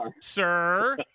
sir